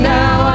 now